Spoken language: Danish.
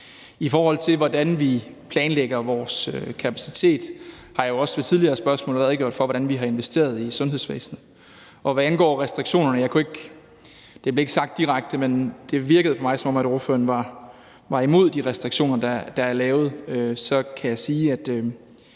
I forhold til hvordan vi planlægger vores kapacitet, har jeg jo også ved tidligere spørgsmål redegjort for, hvordan vi har investeret i sundhedsvæsenet. Hvad angår restriktionerne: Det blev ikke sagt direkte, men det virkede på mig, som om ordføreren er imod de restriktioner, der er lavet. Så kan jeg sige, at